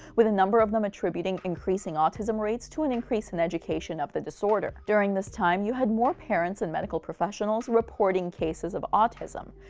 with a number of them attributing increasing autism rates to an increasing education of the disorder. during this time, you had more parents and medical professionals reporting cases of autism.